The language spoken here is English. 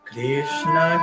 Krishna